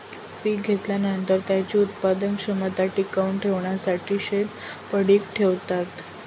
पीक घेतल्यानंतर, त्याची उत्पादन क्षमता टिकवून ठेवण्यासाठी शेत पडीक ठेवतात